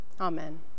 Amen